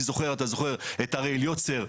אתה זוכר את אריאל יוצר.